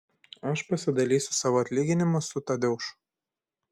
aš pasidalysiu savo atlyginimu su tadeušu